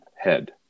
head